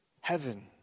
Heaven